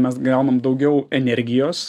mes gaunam daugiau energijos